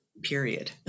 period